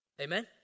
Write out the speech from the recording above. Amen